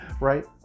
right